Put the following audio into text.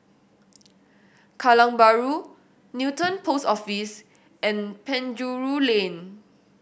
Kallang Bahru Newton Post Office and Penjuru Lane